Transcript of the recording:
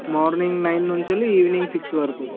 morning nine నుంచి evening six వరకు